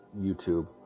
YouTube